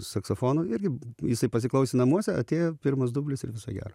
su saksofonu irgi jisai pasiklausė namuose atėjo pirmas dublis ir viso gero